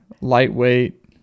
lightweight